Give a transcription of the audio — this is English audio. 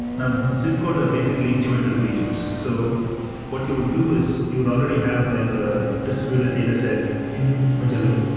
now zip codes are basically geometric regions. so what you would do is you would already have like a distributed data set in magellan,